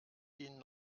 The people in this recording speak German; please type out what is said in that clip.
ihnen